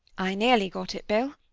i nearly got it, bill.